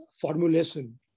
formulation